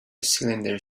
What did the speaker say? cylinder